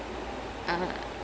err tobey maguire